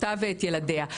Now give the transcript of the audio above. אותה ואת ילדיה.